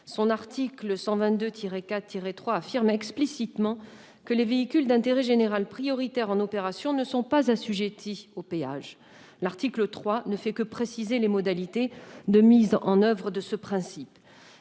Son article L. 122-4-3 dispose explicitement que « les véhicules d'intérêt général prioritaires en opération ne sont pas assujettis au péage ». L'article 3 ne fait que préciser les modalités de mise en oeuvre de ce principe.